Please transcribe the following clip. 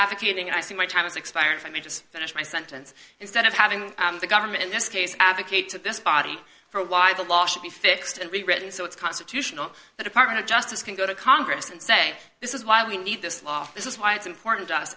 advocating i see my time is expired let me just finish my sentence instead of having the government in this case advocates of this body for why the law should be fixed and rewritten so it's constitutional the department of justice can go to congress and say this is why we need this law this is why it's important to us